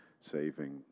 saving